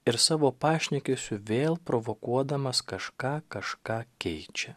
ir savo pašnekesiu vėl provokuodamas kažką kažką keičia